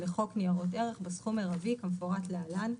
לחוק ניירות ערך, בסכום מרבי כמפורט להלן,